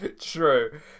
True